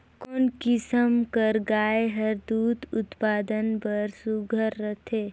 कोन किसम कर गाय हर दूध उत्पादन बर सुघ्घर रथे?